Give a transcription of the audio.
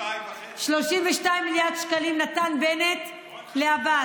32.5. 32 מיליארד שקלים נתן בנט לעבאס.